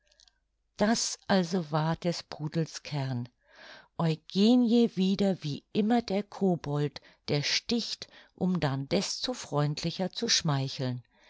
das also war des pudels kern eugenie wieder wie immer der kobold der sticht um dann desto freundlicher zu schmeicheln